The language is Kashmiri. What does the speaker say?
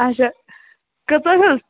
اچھا کٔژَن ہُنٛد